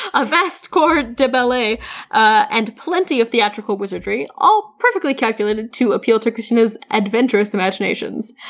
a vast corps de ballet and plenty of theatrical wizardry, all perfectly calculated to appeal to kristina's adventurous imaginations.